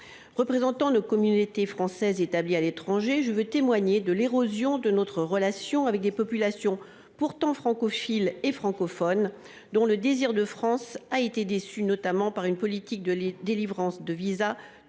Représentant les communautés françaises établies à l’étranger, je veux témoigner de l’érosion de notre relation avec des populations pourtant francophiles et francophones dont le désir de France a été déçu, notamment par une politique de délivrance de visas trop